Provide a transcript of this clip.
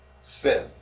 sin